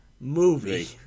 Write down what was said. movie